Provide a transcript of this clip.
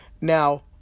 Now